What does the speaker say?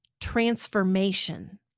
transformation